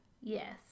Yes